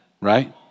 right